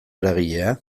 eragilea